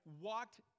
walked